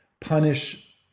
punish